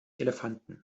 elefanten